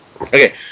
Okay